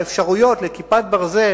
באפשרויות ל"כיפת ברזל",